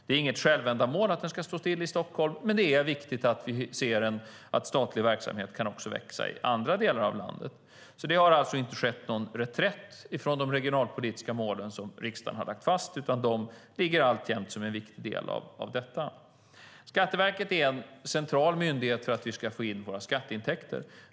Det är inget självändamål att den ska stå still i Stockholm, men det är viktigt att vi ser att statlig verksamhet kan växa också i andra delar av landet. Det har alltså inte skett någon reträtt från de regionalpolitiska mål riksdagen har lagt fast, utan de finns alltjämt som en viktig del av detta. Skatteverket är en central myndighet för att vi ska få in våra skatteintäkter.